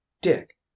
Dick